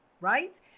right